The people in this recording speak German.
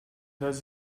dass